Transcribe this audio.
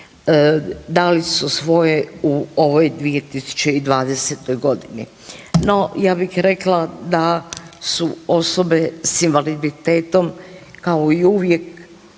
dali su svoje u ovoj 2020. godini. No, ja bih rekla da su osobe s invaliditetom kao i uvijek